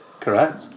correct